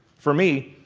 for me,